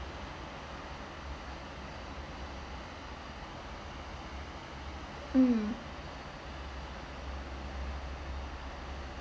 mm